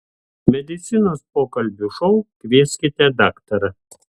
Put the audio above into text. medicinos pokalbių šou kvieskite daktarą